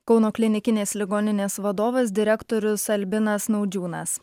kauno klinikinės ligoninės vadovas direktorius albinas naudžiūnas